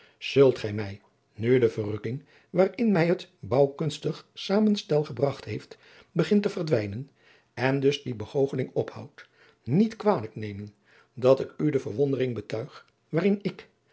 zult gij mij nu de verrukking waarin mij het bouwkunstig zamenstel gebragt heeft begint te verdwijnen en dus die begoocheling ophoudt niet kwalijk nemen dat ik u de verwondering betuig waarin ik